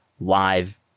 live